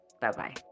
Bye-bye